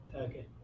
Okay